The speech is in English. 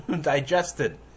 digested